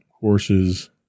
courses